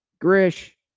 Grish